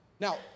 Now